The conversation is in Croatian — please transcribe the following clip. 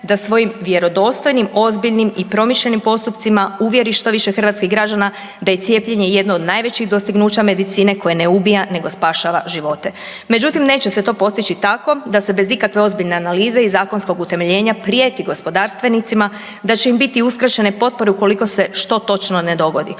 da svojim vjerodostojnim, ozbiljnim i promišljenim postupcima uvjeri što više hrvatskih građana da je cijepljenje jedno od najvećih dostignuća medicina koje ne ubija nego spašava živote. Međutim neće se to postići tako da se bez ikakve ozbiljne analize i zakonskog utemeljenja prijeti gospodarstvenicima da će im biti uskraćene potpore ukoliko se što točno ne dogodi,